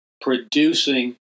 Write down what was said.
producing